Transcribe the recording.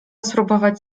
spróbować